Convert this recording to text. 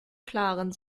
klaren